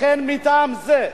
לכן, מטעם זה,